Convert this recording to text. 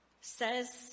says